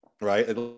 right